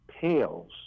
pales